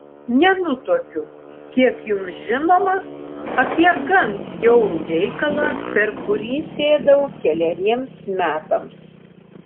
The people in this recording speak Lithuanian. nenutuokiu kiek jums žinoma apie gan bjaurų reikalą per kurį sėdau keleriems metams